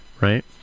right